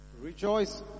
rejoice